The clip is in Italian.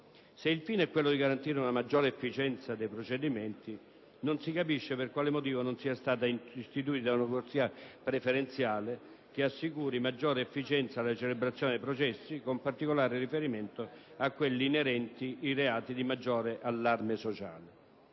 Se il fine è quello di garantire una maggiore efficienza dei procedimenti, non si capisce per quale motivo non sia stata istituita una corsia preferenziale che assicuri maggiore efficienza alla celebrazione dei processi, con particolare riferimento a quelli inerenti i reati di maggiore allarme sociale.